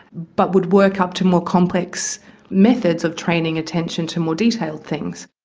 but would work up to more complex methods of training attention to more detailed things.